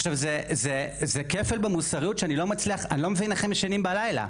עכשיו זה כפל במוסריות שאני לא מבין איך הם ישנים בלילה.